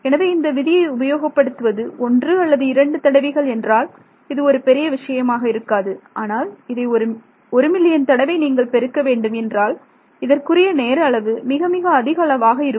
எனவே இந்த விதியை உபயோகப்படுத்துவது ஒன்று அல்லது இரண்டு தடவைகள் என்றால் இது ஒரு பெரிய விஷயமாக இருக்காது ஆனால் இதை ஒரு மில்லியன் தடவை நீங்கள் பெருக்க வேண்டும் என்றால் இதற்குரிய நேர அளவு மிக மிக அதிக அளவாக இருக்கும்